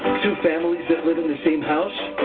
two families that live in the same house,